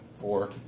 Four